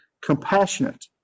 compassionate